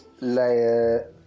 layer